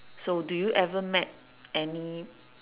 so do you ever met any